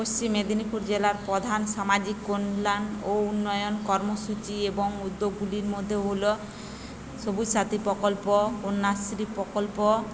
পশ্চিম মেদিনীপুর জেলার প্রধান সামাজিক কল্যাণ ও উন্নয়ন কর্মসূচি এবং উদ্যোগগুলির মধ্যে হল সবুজ সাথী প্রকল্প কন্যাশ্রী প্রকল্প